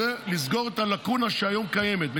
זה לסגור את הלקונה שהיום קיימת,